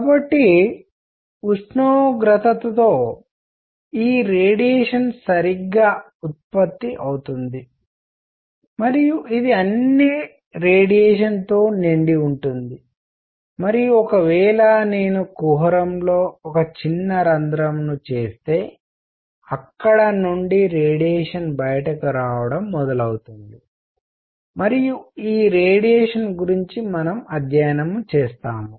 కాబట్టి ఉష్ణోగ్రతతో ఈ రేడియేషన్ సరిగ్గా ఉత్పత్తి అవుతుంది మరియు ఇది అన్ని రేడియేషన్ తో నిండి ఉంటుంది మరియు ఒకవేళ నేను కుహరం లో ఒక చిన్న రంధ్రంను చేస్తే ఇక్కడ నుండి రేడియేషన్ బయటకు రావడం మొదలవుతుంది మరియు ఈ రేడియేషన్ గురించి మనము అధ్యయనం చేస్తాము